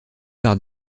par